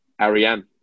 Ariane